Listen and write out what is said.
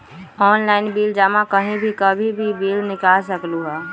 Online bill जमा कहीं भी कभी भी बिल निकाल सकलहु ह?